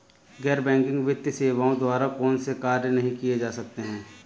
गैर बैंकिंग वित्तीय सेवाओं द्वारा कौनसे कार्य नहीं किए जा सकते हैं?